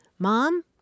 Mom